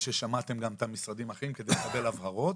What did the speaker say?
ששמעתם גם את המשרדים האחרים כדי לקבל הבהרות.